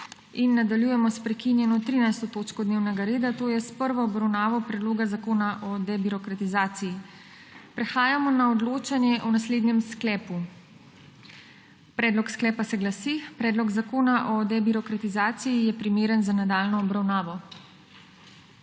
**Nadaljujemo s prekinjeno****13. točko dnevnega reda, to je s prvo obravnavo Predloga zakona o debirokratizaciji.** Prehajamo na odločanje o naslednjem sklepu: Predlog zakona o debirokratizaciji je primeren za nadaljnjo obravnavo.